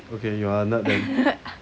okay you are a nerd then